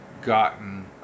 gotten